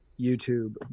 youtube